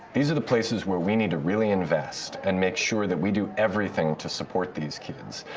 these are the places where we need to really invest and make sure that we do everything to support these kids.